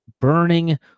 Burning